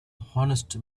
honest